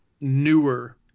newer